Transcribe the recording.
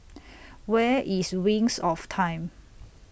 Where IS Wings of Time